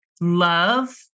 love